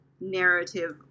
narrative